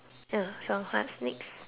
ya some kind of snakes